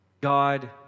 God